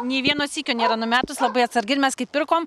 nei vieno sykio nėra numetus labai atsargi ir mes kai pirkom